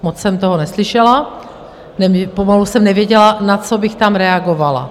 Moc jsem toho neslyšela, pomalu jsem nevěděla, na co bych tam reagovala.